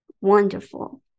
Wonderful